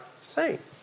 saints